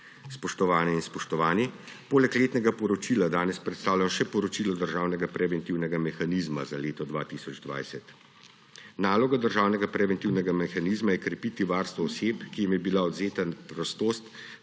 Spoštovane in spoštovani, poleg letnega poročila danes predstavljam še poročilo državnega preventivnega mehanizma za leto 2020. Naloga državnega preventivnega mehanizma je krepiti varstvo oseb, ki jim je bila odvzeta prostost,